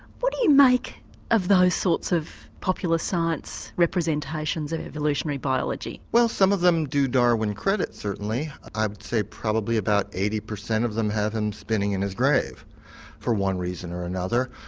what do you make of those sorts of popular science representations of evolutionary biology? well some of them do darwin credit, certainly, i would say probably about eighty percent of them have him spinning in his grave for one reason or another.